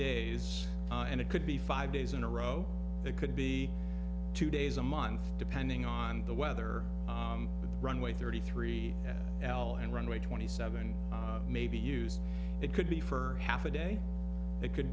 days and it could be five days in a row it could be two days a month depending on the weather runway thirty three l and runway twenty seven may be used it could be for half a day it c